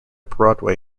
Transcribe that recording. broadway